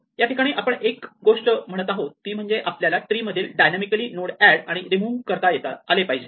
या ठिकाणी आपण एक गोष्ट म्हणत आहोत ती म्हणजे आपल्याला ट्री मधून डायनामीकली नोड ऍड आणि रिमूव करता आले पाहिजे